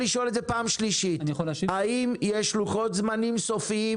אני יכול לשאול את זה פעם שלישית: האם יש לוחות זמנים סופיים